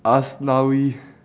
aslawi